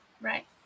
Right